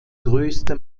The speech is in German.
größte